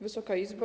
Wysoka Izbo!